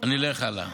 נלך הלאה.